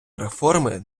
реформи